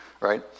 right